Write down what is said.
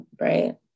right